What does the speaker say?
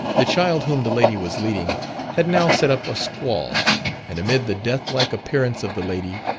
the child whom the lady was leading had now set up a squall and amid the death-like appearance of the lady,